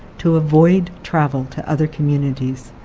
to avoid travel to other communities.